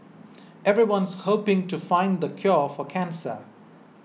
everyone's hoping to find the cure for cancer